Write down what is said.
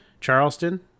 Charleston